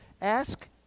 Ask